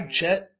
Chet